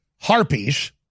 harpies